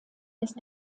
ist